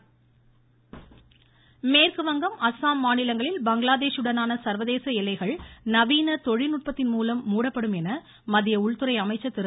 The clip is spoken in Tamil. ருருரு ராஜ்நாத்சிங் மேற்கு வங்கம் அஸாம் மாநிலங்களில் பங்களாதேஷ் உடனான சர்வதேச எல்லைகள் நவீன தொழில்நுட்பத்தின்மூலம் மூடப்படும் என மத்திய உள்துறை அமைச்சர் திரு